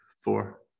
four